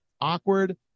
awkward